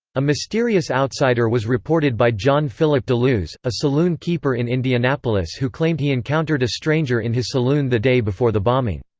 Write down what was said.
a mysterious outsider was reported by john philip deluse, a saloon keeper in indianapolis who claimed he encountered a stranger in his saloon the day before the bombing.